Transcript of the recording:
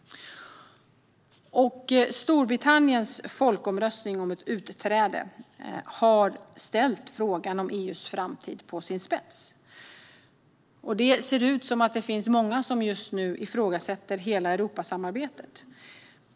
Storbritanniens folkomröstning om ett utträde ur EU har ställt frågan om EU:s framtid på sin spets. Det ser ut som att det finns många som just nu ifrågasätter hela Europasamarbetet.